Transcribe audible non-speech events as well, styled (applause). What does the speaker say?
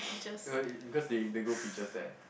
(noise) uh because they they grow peaches there